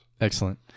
Excellent